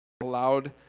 allowed